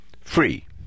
free